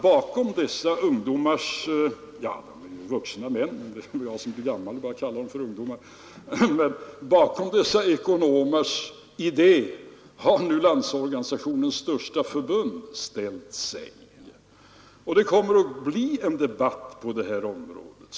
Bakom dessa ekonomers idé har nu Landsorganisationens största förbund ställt sig, och det kommer att bli en debatt på det här området.